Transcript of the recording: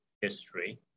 history